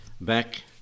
back